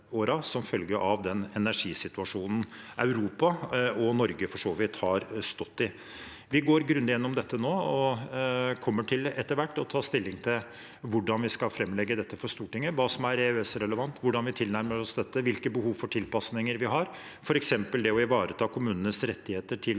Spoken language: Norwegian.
som følge av den energisituasjonen Europa – og for så vidt Norge – har stått i. Vi går grundig gjennom dette nå og kommer etter hvert til å ta stilling til hvordan vi skal framlegge dette for Stortinget, hva som er EØS-relevant, hvordan vi tilnærmer oss dette, og hvilke behov for tilpasninger vi har. For eksempel vil det å ivareta kommunenes rettigheter til